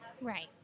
Right